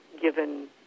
given